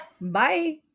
Bye